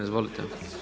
Izvolite.